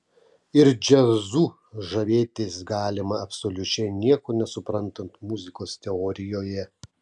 ir džiazu žavėtis galima absoliučiai nieko nesuprantant muzikos teorijoje